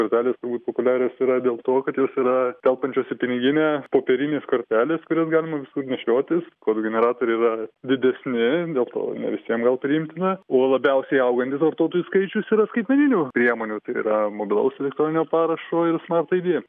kortelės turbūt populiarios yra dėl to kad jos yra telpančios į piniginę popierinės kortelės kurias galima visur nešiotis kodų generatoriai yra didesni dėl to ne visiem gal priimtina o labiausiai augantis vartotojų skaičius yra skaitmeninių priemonių tai yra mobilaus elektroninio parašo ir smart id